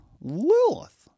Lilith